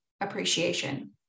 appreciation